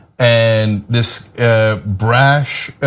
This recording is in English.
and this brash,